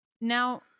Now